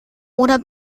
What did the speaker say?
oder